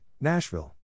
Nashville